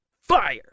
Fire